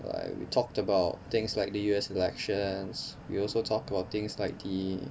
ya we talked about things like the U_S elections we also talk about things like the